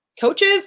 Coaches